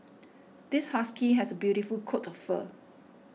this husky has a beautiful coat of fur